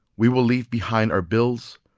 we will leave behind our bills,